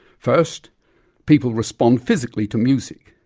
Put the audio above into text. first people respond physically to music.